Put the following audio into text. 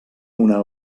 una